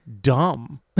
dumb